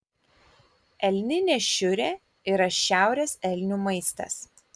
elninė šiurė yra šiaurės elnių maistas